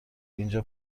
اینجا